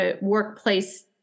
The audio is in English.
workplace